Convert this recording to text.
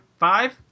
Five